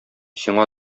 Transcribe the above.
сиңа